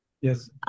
Yes